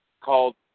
called